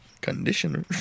Conditioner